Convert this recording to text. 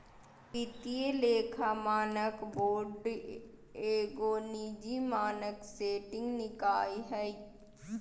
वित्तीय लेखा मानक बोर्ड एगो निजी मानक सेटिंग निकाय हइ